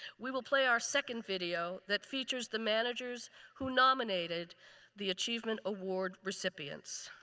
we will play our second video that features the managers who nominated the achievement award recipients.